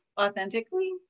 authentically